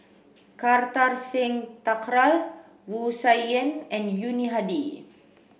Kartar Singh Thakral Wu Tsai Yen and Yuni Hadi